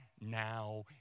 now